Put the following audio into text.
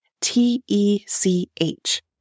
T-E-C-H